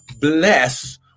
bless